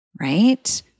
right